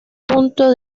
punto